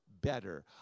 better